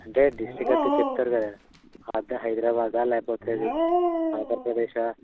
అంటే డిస్ట్రిక్ట్ అది చెప్తారు కదా అదే హైదరాబాదా లేకపోతే ఇది ఆంధ్రప్రదేశ్